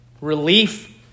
Relief